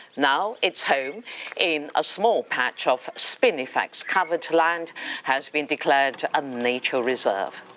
now, its home in a small patch of spinifex covered land has been declared a nature reserve.